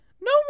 no